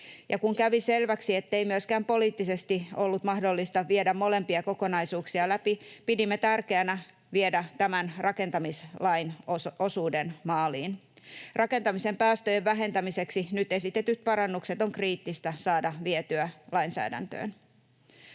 kun kävi selväksi, ettei myöskään poliittisesti ollut mahdollista viedä molempia kokonaisuuksia läpi, pidimme tärkeänä viedä tämän rakentamislain osuuden maaliin. Rakentamisen päästöjen vähentämiseksi nyt esitetyt parannukset on kriittistä saada vietyä lainsäädäntöön.